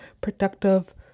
productive